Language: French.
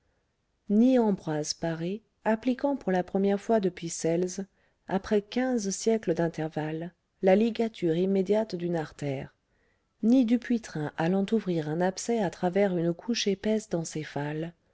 ni ambroise paré appliquant pour la première fois depuis celse après quinze siècles d'intervalle la ligature immédiate d'une artère ni dupuytren allant ouvrir un abcès à travers une couche épaisse d'encéphale